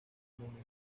momento